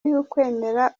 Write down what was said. y’ukwemera